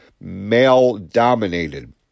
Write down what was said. male-dominated